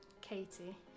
Katie